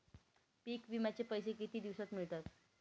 पीक विम्याचे पैसे किती दिवसात मिळतात?